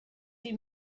you